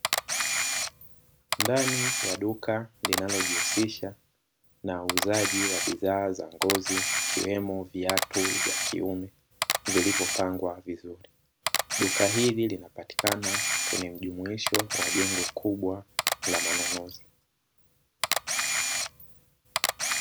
Ndani ya duka linalojihusisha na uuzaji wa bidhaa za ngozi ikiwemo viatu vya kiume vilivyopangwa vizuri, duka hili linapatikana kwenye mjumuisho wa jengo kubwa la manunuzi.